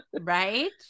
Right